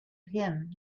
him